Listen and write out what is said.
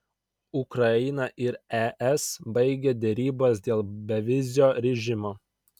ukraina ir es baigė derybas dėl bevizio režimo